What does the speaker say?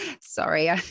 Sorry